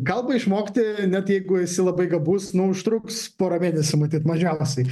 kalbą išmokti net jeigu esi labai gabus nu užtruks porą mėnesių matyt mažiausiai